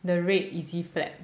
the red easy flap